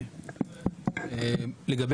--- נכון.